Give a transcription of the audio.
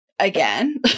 Again